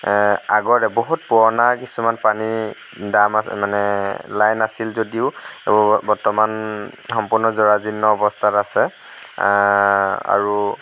আগত বহুত পুৰণা কিছুমান পানী ডাম মানে লাইন আছিল যদিও বৰ্তমান সম্পূৰ্ণ জৰাজীৰ্ণ অৱস্থাত আছে আৰু